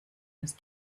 was